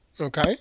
Okay